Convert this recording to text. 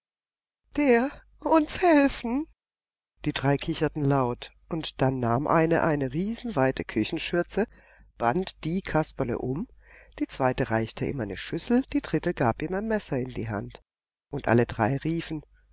der uns helfen die drei kicherten laut und dann nahm eine eine riesenweite küchenschürze band die kasperle um die zweite reichte ihm eine schüssel die dritte gab ihm ein messer in die hand und alle drei riefen